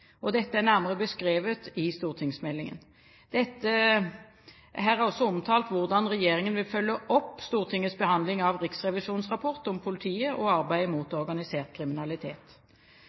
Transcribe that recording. Dette er nærmere beskrevet i stortingsmeldingen. Her er også omtalt hvordan regjeringen vil følge opp Stortingets behandling av Riksrevisjonens rapport om politiet og arbeidet mot organisert kriminalitet.